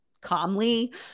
calmly